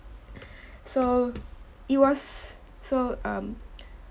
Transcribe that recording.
so it was so um